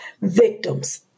victims